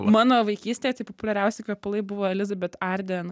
mano vaikystėje tai populiariausi kvepalai buvo elizabet arden